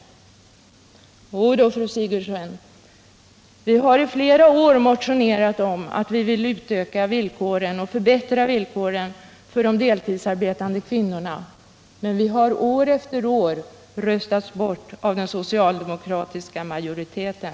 Jodå, fru Sigurdsen, vi har i flera år motionerat om bättre villkor för de deltidsarbetande kvinnorna, men vi har år efter år röstats ned av den socialdemokratiska majoriteten.